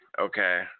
Okay